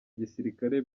gisirikare